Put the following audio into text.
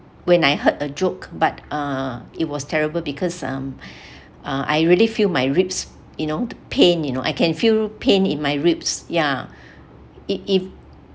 when I heard a joke but uh it was terrible because um uh I really feel my ribs you know the pain you know I can feel pain in my ribs ya it if